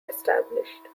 established